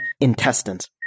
intestines